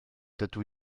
dydw